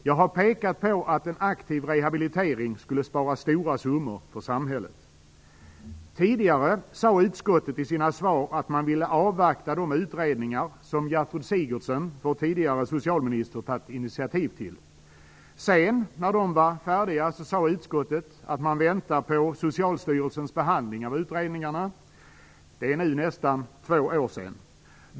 Jag har pekat på att en aktiv rehabilitering skulle spara stora summor för samhället. Tidigare sade utskottet i sina svar att man ville avvakta resultatet av de utredningar som Gertrud Sigurdsen, vår tidigare socialminister, hade tagit initiativ till. Sedan, när de var färdiga, sade utskottet att man väntade på Socialstyrelsens behandling av utredningarna. Det är nu nästa två år sedan.